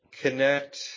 connect